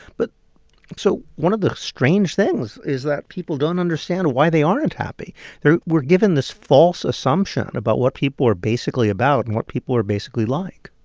but so one of the strange things is that people don't understand why they aren't happy we're given this false assumption about what people are basically about and what people are basically like